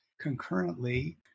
concurrently